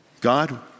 God